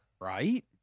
Right